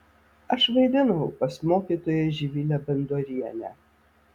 aš vaidinau pas mokytoją živilę bandorienę